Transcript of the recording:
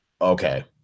Okay